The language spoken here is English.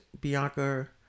Bianca